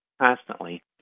constantly